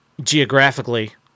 geographically